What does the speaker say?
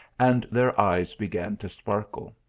and their eyes began to sparkle.